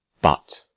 but